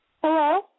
Hello